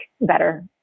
better